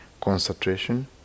concentration